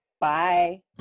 Bye